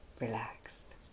relaxed